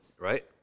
Right